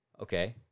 Okay